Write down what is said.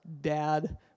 Dad